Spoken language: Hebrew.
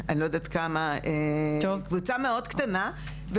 קבוצה מאוד קטנה.